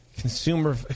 consumer